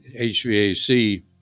HVAC